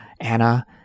Anna